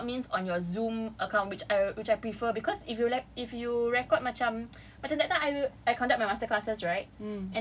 record on cloud means on your Zoom account which I which I prefer cause if you rec~ if you record macam macam that time I conduct my master classes right